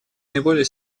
наиболее